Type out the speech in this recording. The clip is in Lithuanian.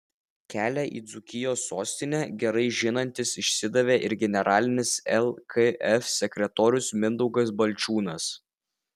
kelią į dzūkijos sostinę gerai žinantis išsidavė ir generalinis lkf sekretorius mindaugas balčiūnas